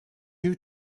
you